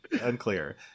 unclear